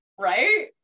Right